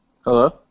Hello